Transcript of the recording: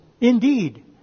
indeed